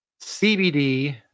CBD